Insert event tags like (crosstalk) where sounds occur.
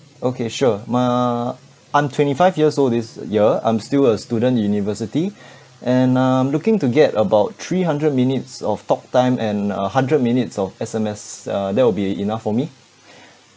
okay sure m~ I'm twenty five years old this year I'm still a student in university and I'm looking to get about three hundred minutes of talktime and uh hundred minutes of S_M_S uh that will be enough for me (breath)